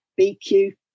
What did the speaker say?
BQ